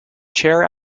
chair